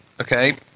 Okay